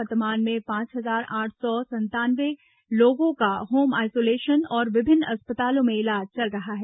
वर्तमान में पांच हजार आठ सौ संतानवे लोगों का होम आइसोलेशन और विभिन्न अस्पतालों में इलाज चल रहा है